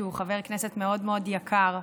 שהוא חבר כנסת מאוד מאוד יקר,